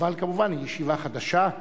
אבל כמובן, היא ישיבה חדשה.